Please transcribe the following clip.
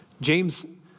James